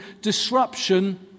disruption